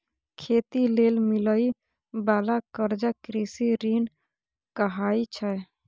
खेती लेल मिलइ बाला कर्जा कृषि ऋण कहाइ छै